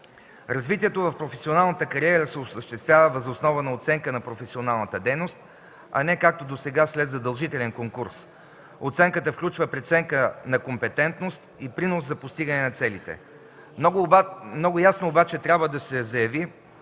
Развитието в професионалната кариера се осъществява въз основа на оценка на професионалната дейност, а не както досега – след задължителен конкурс. Оценката включва преценка на компетентност и принос за постигане на целите. Много ясно обаче трябва да се заяви,